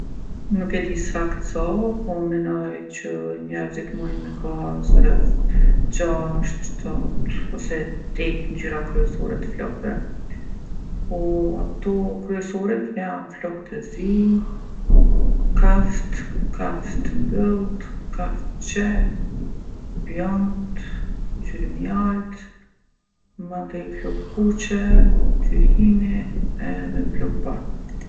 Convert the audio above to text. Nuk e di saktë sa, po menoj që njerzit mujin me pasë gjashtë, shtatë ose tetë ngjyra kryesore t'flokve. Po ato kryesoret janë floktë e zi, kaftë, kaftë mbylltë, kaftë qeltë, bjond, ngjyrë mjaltë, mandej flokë t'kuqe, ngjyre hini edhe flokë t'bardh.